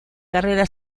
carrera